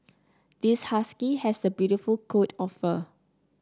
this husky has a beautiful coat of fur